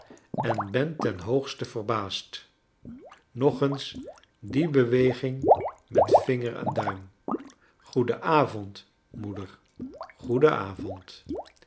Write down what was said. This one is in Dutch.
en ben ten hoogste verbaasd nog eens die beweging met vinger en duim goeden